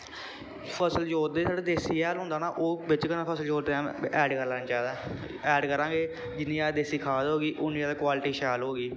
फसल जोतते साढ़े देसी हैल होंदा न ओह् बिच्च गै न फसल जोतदे टैम ऐड करी लैना चाहिदा ऐ ऐड करां गे जिन्नी अस देसी खाद हो गी उन्नी ज्यादा क्वालटी शैल होगी